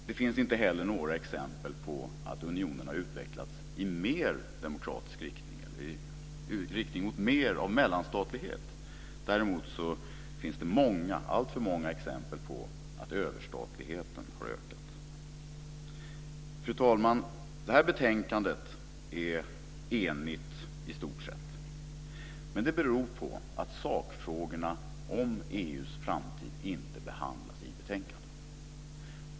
Det finns inte heller några exempel på att unionen har utvecklats i mer demokratisk riktning eller i riktning mot mellanstatlighet. Däremot finns det alltför många exempel på att överstatligheten har ökat. Fru talman! Det här betänkandet är i stort sett enigt. Men det beror på att sakfrågorna om EU:s framtid inte behandlas i det.